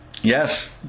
Yes